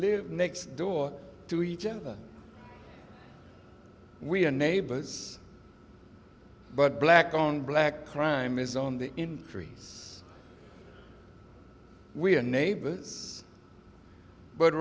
live next door to each other we are neighbors but black on black crime is on the trees we are neighbors but